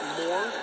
more